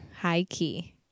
High-key